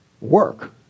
work